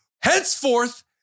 henceforth